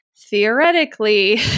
theoretically